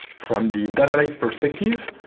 from the data lake perspective,